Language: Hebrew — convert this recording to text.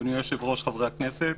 אדוני היושב-ראש חברי הכנסת